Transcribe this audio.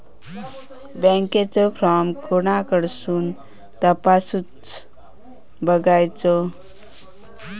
बँकेचो फार्म कोणाकडसून तपासूच बगायचा?